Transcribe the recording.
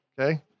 Okay